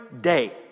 day